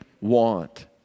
want